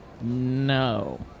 No